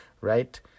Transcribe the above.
right